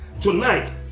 tonight